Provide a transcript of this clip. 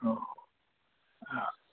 हो हा